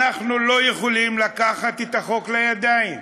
אנחנו לא יכולים לקחת את החוק לידיים.